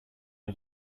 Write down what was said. did